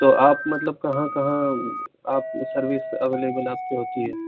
تو آپ مطلب کہاں کہاں آپ کی سروس اویلیبل آپ کی ہوتی ہے